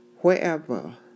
wherever